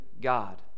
God